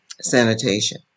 sanitation